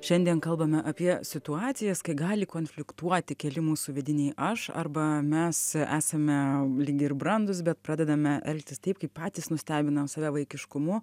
šiandien kalbame apie situacijas kai gali konfliktuoti keli mūsų vidiniai aš arba mes esame lyg ir brandūs bet pradedame elgtis taip kaip patys nustebinam save vaikiškumu